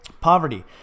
poverty